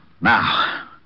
Now